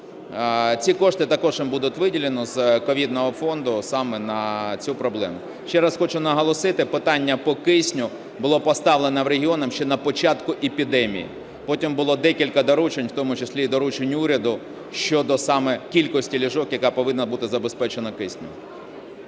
Ці кошти також їм буде виділено з ковідного фонду саме на цю проблему. Ще раз хочу наголосити, питання по кисню було поставлено регіонам ще на початку епідемії, потім було декілька доручень, в тому числі і доручень уряду, щодо саме кількості ліжок, яка повинна бути забезпечена киснем.